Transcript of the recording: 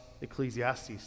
Ecclesiastes